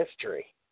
history